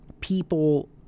people